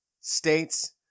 states